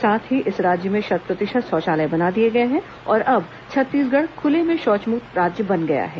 साथ ही इस राज्य में शत प्रतिशत शौचालय बना दिए गए हैं और अब छत्तीसगढ़ खुले में शौचमुक्त राज्य बन गया है